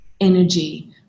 energy